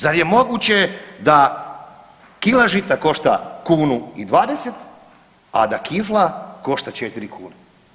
Zar je moguće da kila žita košta kunu i 20, a da kifla košta 4 kune?